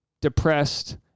depressed